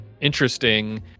interesting